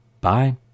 Bye